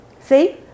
See